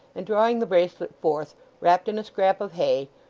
and drawing the bracelet forth, wrapped in a scrap of hay,